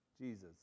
Jesus